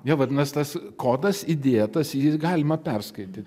jo vadinas tas kodas įdėtas jį galima perskaityt